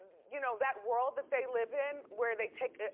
you know, that world that they live in, where they take,